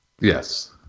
Yes